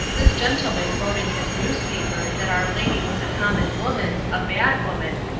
this gentleman wrote in his newspaper that our lady was a common woman, a bad woman,